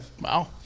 Wow